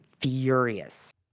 furious